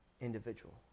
individual